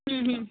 ਹੁੰ ਹੁੰ